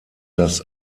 das